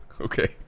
Okay